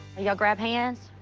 y'all grab hands.